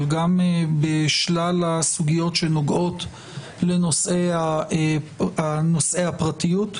גם בשלל הסוגיות שנוגעות לנושאי הפרטיות.